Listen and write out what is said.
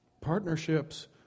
Partnerships